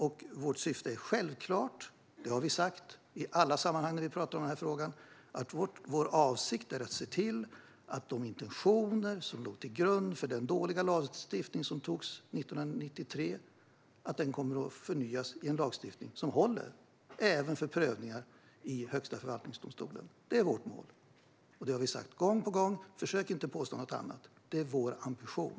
I alla sammanhang där vi har talat om denna fråga har vi sagt att vår avsikt är att se till de intentioner som låg till grund för den dåliga lagstiftning som antogs 1993 och att se till att denna lagstiftning förnyas och blir till en lagstiftning som håller även för prövningar i Högsta förvaltningsdomstolen. Detta är vårt mål, och det har vi sagt gång på gång. Försök inte att påstå något annat! Det är vår ambition.